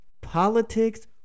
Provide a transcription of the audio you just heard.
politics